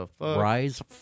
Rise